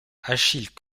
achille